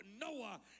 Noah